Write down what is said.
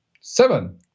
seven